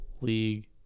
League